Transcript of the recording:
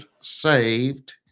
saved